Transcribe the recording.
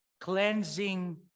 cleansing